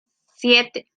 siete